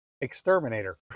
Exterminator